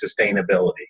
sustainability